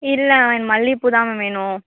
இல்லை மேம் மல்லிகைப்பூ தான் மேம் வேணும்